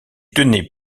tenait